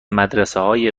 مدرسههای